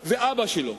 אבא של הכלה?